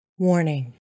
Warning